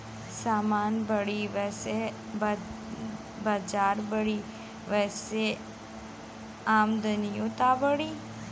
समान बढ़ी वैसे बजार बढ़ी, वही से आमदनिओ त बढ़ी